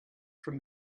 from